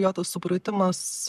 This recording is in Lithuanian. jo tas supratimas